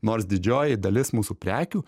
nors didžioji dalis mūsų prekių